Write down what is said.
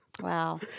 Wow